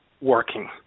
working